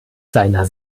seiner